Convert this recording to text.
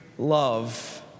love